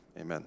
amen